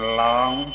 long